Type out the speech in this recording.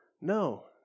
No